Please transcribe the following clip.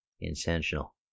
intentional